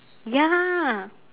ya